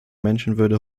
menschenwürde